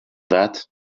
that